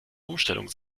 umstellung